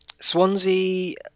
Swansea